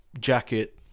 jacket